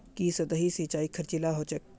की सतही सिंचाई खर्चीला ह छेक